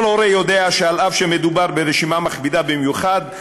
כל הורה יודע שאף שמדובר ברשימה מכבידה במיוחד,